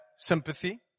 Sympathy